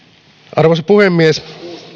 arvoisa puhemies